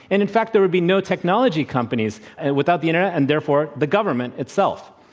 and, in fact, there would be no technology companies and without the internet and, therefore, the government itself.